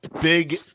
big